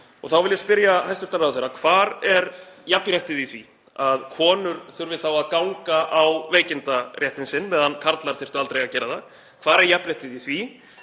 Þá vil ég spyrja hæstv. ráðherra: Hvar er jafnréttið í því að konur þurfi að ganga á veikindarétt sinn á meðan karlar þyrftu aldrei að gera það? Hvar er jafnréttið í því?